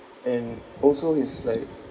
and also he's like